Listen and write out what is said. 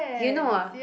you know ah